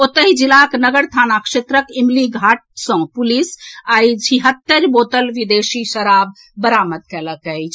ओतहि जिलाक नगर थाना क्षेत्रक ईमली घाट सँ पुलिस आई छिहत्तरि बोतल विदेशी शराब बरामद कएलक अछि